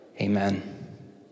Amen